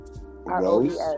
rose